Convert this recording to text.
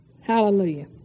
Hallelujah